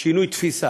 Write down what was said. שינוי תפיסה,